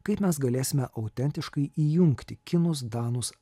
kaip mes galėsime autentiškai įjungti kinus danus